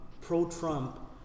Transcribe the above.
pro-Trump